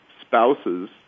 spouses